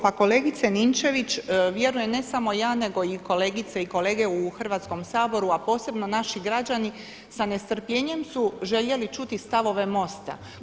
Pa kolegice Ninčević, vjerujem ne samo ja nego i kolegice i kolege u Hrvatskom saboru a posebno naši građani sa nestrpljenjem su željeli čuti stavove MOST-a.